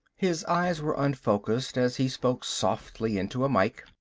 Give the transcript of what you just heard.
his eyes were unfocused as he spoke softly into a mike,